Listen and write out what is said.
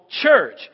church